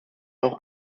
auch